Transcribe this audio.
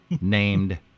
named